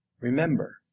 Remember